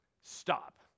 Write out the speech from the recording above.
Stop